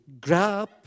grab